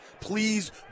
Please